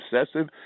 obsessive